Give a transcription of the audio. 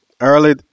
early